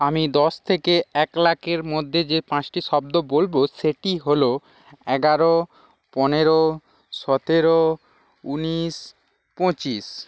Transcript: আমি দশ থেকে এক লাখের মধ্যে যে পাঁচটি শব্দ বলব সেটি হলো এগারো পনেরো সতেরো উনিশ পঁচিশ